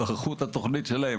ערכו את התכנית שלהם,